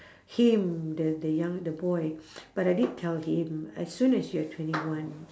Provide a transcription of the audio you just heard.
him the the young the boy but I did tell him as soon as you're twenty one